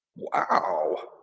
Wow